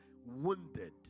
wounded